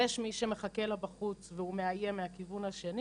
יש מי שמחכה לה בחוץ והוא מאיים מהכיוון השני,